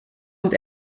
und